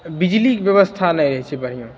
बिजलीके बेबस्था नहि रहैत छै बढ़िआँ